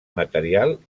material